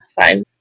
Fine